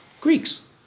Greeks